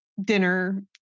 dinner